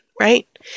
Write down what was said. Right